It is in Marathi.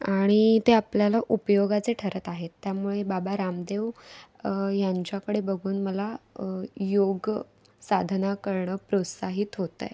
आणि ते आपल्याला उपयोगाचे ठरत आहेत त्यामुळे बाबा रामदेव यांच्याकडे बघून मला योग साधना करणं प्रोत्साहित होतं आहे